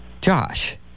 Josh